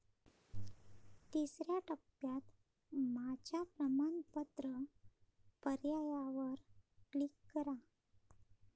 तिसर्या टप्प्यात माझ्या प्रमाणपत्र पर्यायावर क्लिक करा